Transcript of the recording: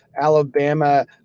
Alabama